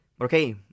Okay